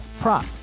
prop